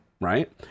right